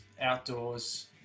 outdoors